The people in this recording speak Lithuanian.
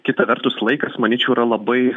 kita vertus laikas manyčiau yra labai